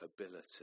ability